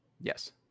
Yes